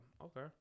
Okay